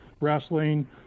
wrestling